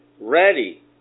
Ready